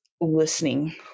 listening